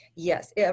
Yes